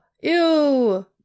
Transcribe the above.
Ew